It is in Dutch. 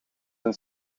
een